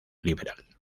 liberal